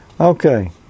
Okay